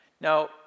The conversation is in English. Now